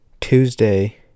Tuesday